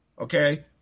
okay